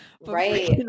Right